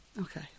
Okay